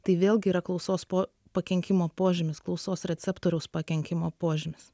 tai vėlgi yra klausos po pakenkimo požymis klausos receptoriaus pakenkimo požymis